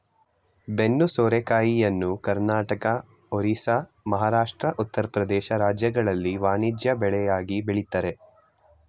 ಬೆನ್ನು ಸೋರೆಕಾಯಿಯನ್ನು ಕರ್ನಾಟಕ, ಒರಿಸ್ಸಾ, ಮಹಾರಾಷ್ಟ್ರ, ಉತ್ತರ ಪ್ರದೇಶ ರಾಜ್ಯಗಳಲ್ಲಿ ವಾಣಿಜ್ಯ ಬೆಳೆಯಾಗಿ ಬೆಳಿತರೆ